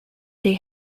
they